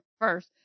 first